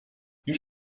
już